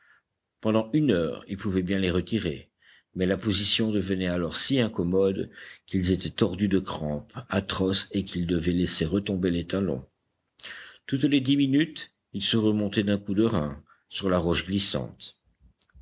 pendant une heure ils pouvaient bien les retirer mais la position devenait alors si incommode qu'ils étaient tordus de crampes atroces et qu'ils devaient laisser retomber les talons toutes les dix minutes ils se remontaient d'un coup de reins sur la roche glissante